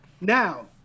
now